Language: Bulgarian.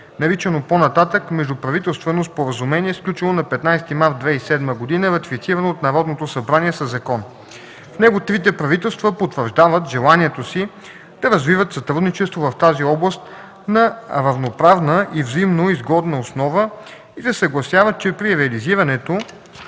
наричано по-нататък „Междуправителственото споразумение”, сключено на 15 март 2007 г., ратифицирано от Народното събрание със закон. В него трите правителства потвърждават желанието си „да развиват сътрудничество в тази област на равноправна и взаимноизгодна основа” и се съгласяват, че „при реализирането